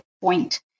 point